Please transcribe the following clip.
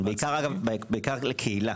בעיקר לקהילה.